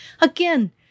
Again